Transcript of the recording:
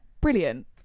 brilliant